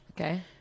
Okay